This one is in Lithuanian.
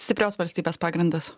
stiprios valstybės pagrindas